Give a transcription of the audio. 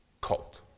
cult